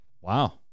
Wow